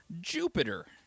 Jupiter